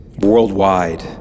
worldwide